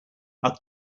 are